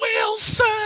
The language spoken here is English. wilson